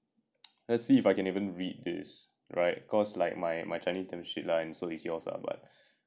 let's see if I can even read this right cause like my my chinese damn shit lah so is yours lah but